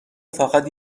فقط